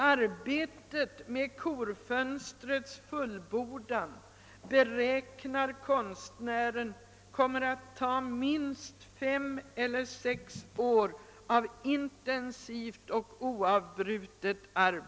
Arbetet med korfönstrets fullbordan beräknar konstnären kommer att ta minst fem eller sex år av intensivt och oavbrutet arbete.